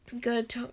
good